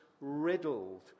riddled